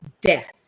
death